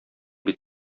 бит